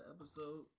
episode